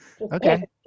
Okay